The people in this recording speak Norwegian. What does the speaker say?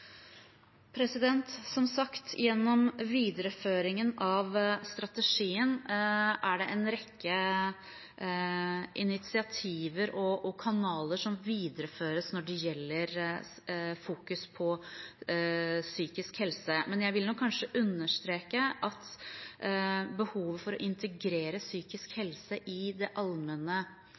Som sagt: Gjennom videreføringen av strategien er det en rekke initiativer og kanaler som videreføres når det gjelder fokus på psykisk helse. Men jeg vil nok kanskje understreke at behovet for å integrere psykisk helse i det allmenne